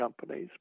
companies